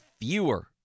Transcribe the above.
fewer